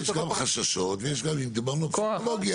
יש גם חששות, ויש גם, דיברנו על פסיכולוגיה.